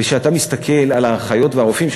וכשאתה מסתכל על האחיות והרופאים,